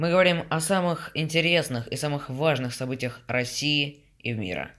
Мы говорим о самых интересных и самых важных событиях России и мира.